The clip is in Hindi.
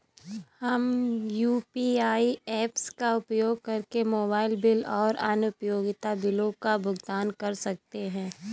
हम यू.पी.आई ऐप्स का उपयोग करके मोबाइल बिल और अन्य उपयोगिता बिलों का भुगतान कर सकते हैं